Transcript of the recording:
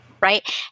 Right